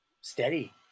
steady